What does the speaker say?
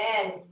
Amen